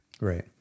Right